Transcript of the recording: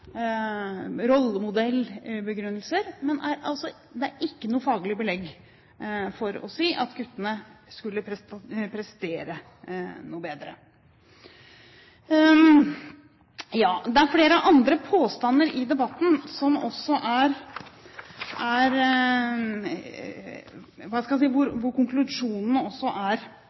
rollemodellbegrunnelser, men det er ikke noe faglig belegg for å si at guttene skulle prestere noe bedre. Det er flere andre påstander i debatten hvor konklusjonene også er overforenklet. Spørsmålet om kjønnsdelt undervisning er et stadig tilbakevendende tema, og er også tatt opp av interpellanten. Vi vet at dette er